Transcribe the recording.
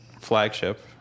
flagship